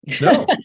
No